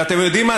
ואתם יודעים מה,